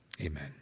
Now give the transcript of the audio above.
amen